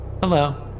Hello